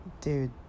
dude